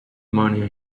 money